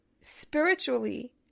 spiritually